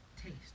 taste